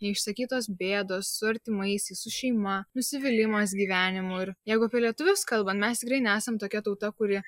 neišsakytos bėdos su artimaisiais su šeima nusivylimas gyvenimu ir jeigu apie lietuvius kalbant mes tikrai nesam tokia tauta kuri